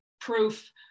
proof